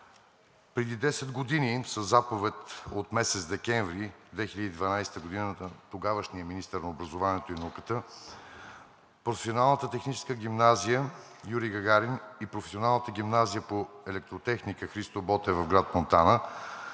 Преди 10 години със заповед от месец декември 2012 г. на тогавашния министър на образованието и науката Професионалната техническа гимназия „Юрий Гагарин“ и Професионалната гимназия по електротехника „Христо Ботев“ в град Монтана